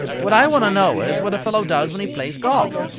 what i want to know is what a fellow does when he plays golf.